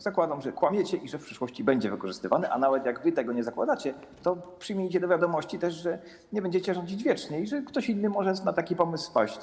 Zakładam, że kłamiecie i że w przyszłości będzie wykorzystywany, a nawet jak wy tego nie zakładacie, to przyjmijcie też do wiadomości, że nie będziecie rządzić wiecznie i że ktoś inny może na taki pomysł wpaść.